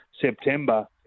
September